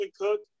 Cook